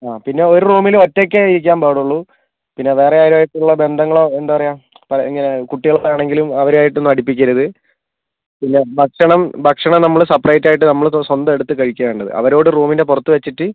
പിന്നെ ഒരു റൂമില് ഒറ്റയ്ക്കേ ഇരിക്കാൻ പാടുള്ളു പിന്നെ വേറെ ആരുമായിട്ടുള്ള ബന്ധങ്ങളോ എന്താ പറയുക കുട്ടികളാണെങ്കിലും അവരുമായിട്ടൊന്നും അടുപ്പിക്കരുത് പിന്നെ ഭക്ഷണം നമ്മള് സെപ്പറേറ്റായിട്ട് നമ്മള് സ്വന്തം എടുത്ത് കഴിക്കുകയാണ് വേണ്ടത് അവരോട് റൂമിൻ്റെ പുറത്ത് വെച്ചിട്ട്